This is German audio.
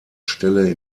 stelle